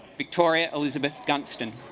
victoria elizabeth dunkston